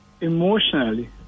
emotionally